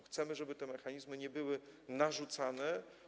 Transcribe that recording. Chcemy, żeby te mechanizmy nie były narzucane.